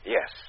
Yes